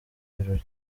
birori